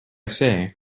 say